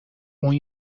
اون